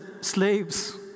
slaves